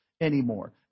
Anymore